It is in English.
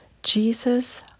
Jesus